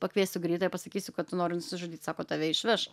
pakviesiu greitąją pasakysiu kad tu nori nusižudyt sako tave išveš